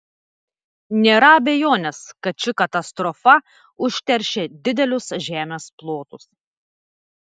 nėra abejonės kad ši katastrofa užteršė didelius žemės plotus